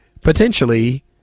potentially